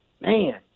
man